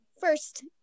first